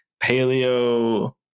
paleo